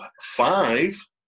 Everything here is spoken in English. Five